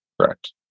Correct